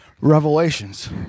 revelations